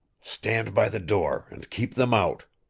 stand by the door and keep them out,